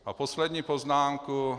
A poslední poznámka.